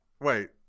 wait